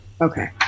Okay